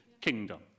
Kingdom